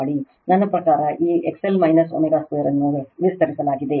ನನ್ನ ಪ್ರಕಾರ ಈ XL ω2 ಅನ್ನು ವಿಸ್ತರಿಸಲಾಗಿದೆ